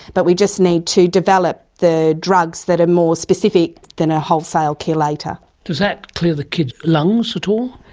but we just need to develop the drugs that are more specific than a wholesale chelator. does that clear the kids' lungs at all?